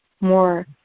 more